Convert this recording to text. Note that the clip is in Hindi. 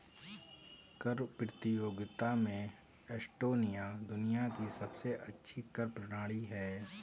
कर प्रतियोगिता में एस्टोनिया दुनिया की सबसे अच्छी कर प्रणाली है